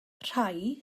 rhai